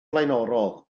flaenorol